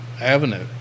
avenue